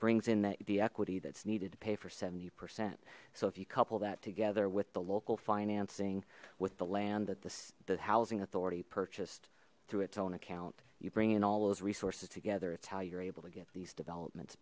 brings in the equity that's needed to pay for seventy percent so if you couple that together with the local financing with the land that the housing authority purchased through its own account you bring in all those resources together it's how you're able to get these developments